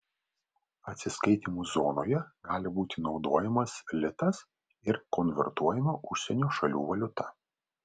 atsiskaitymui zonoje gali būti naudojamas litas ir konvertuojama užsienio šalių valiuta